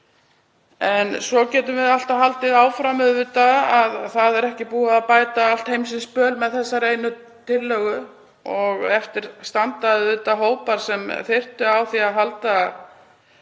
svo auðvitað alltaf haldið áfram. Það er ekki búið að bæta allt heimsins böl með þessari einu tillögu og eftir standa hópar sem þyrftu á því að halda að